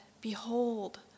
Behold